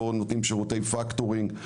לא נותנים שירותי פקטורים,